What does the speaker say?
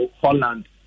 Holland